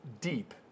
deep